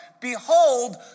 behold